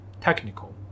technical